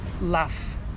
laugh